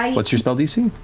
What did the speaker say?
um what's your spell dc?